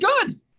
good